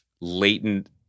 latent